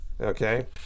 Okay